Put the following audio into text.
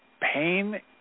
pain